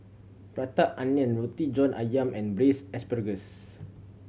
Prata Onion Roti John Ayam and Braised Asparagus